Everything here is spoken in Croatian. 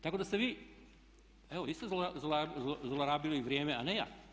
Tako da ste vi evo isto zlorabili vrijeme, a ne ja.